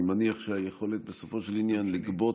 אני מניח שהיכולת בסופו של עניין לגבות